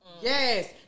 Yes